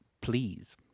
please